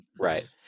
Right